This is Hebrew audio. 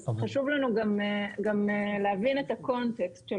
אז חשוב לנו גם להבין את הקונטקסט של